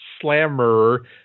Slammer